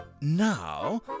now